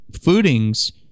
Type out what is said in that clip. footings